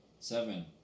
Seven